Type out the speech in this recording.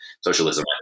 Socialism